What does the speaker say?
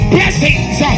Blessings